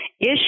issue